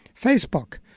Facebook